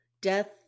death